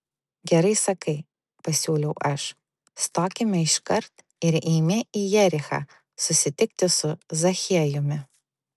gerai sakai pasiūliau aš stokime iškart ir eime į jerichą susitikti su zachiejumi